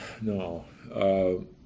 no